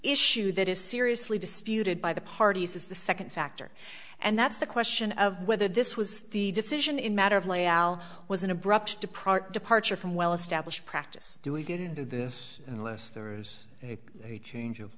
issue that is seriously disputed by the parties is the second factor and that's the question of whether this was the decision in matter of layout was an abrupt deprive departure from well established practice do we didn't do this unless there's a change of